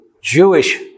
Jewish